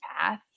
path